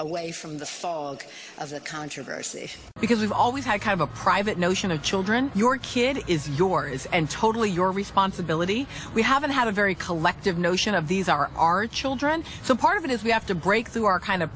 away from the fog of the controversy because we've always had kind of a private notion of children your kid is yours and totally your responsibility we haven't had a very collective notion of these are our children so part of it is we have to break through our kind of